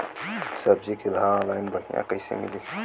सब्जी के भाव ऑनलाइन बढ़ियां कइसे मिली?